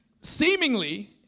Seemingly